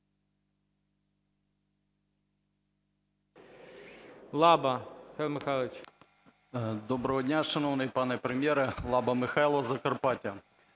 Доброго дня, шановний пане Прем'єре! Лаба Михайло, Закарпаття.